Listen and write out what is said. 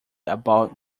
about